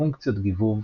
פונקציות גיבוב,